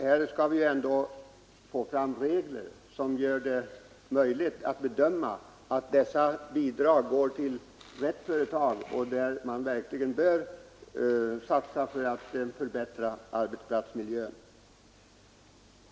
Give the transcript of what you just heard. Här skall vi ju ändå få fram regler som gör det möjligt att bedöma om dessa bidrag går till rätt företag där man verkligen bör satsa för att förbättre arbetsplatsmiljön.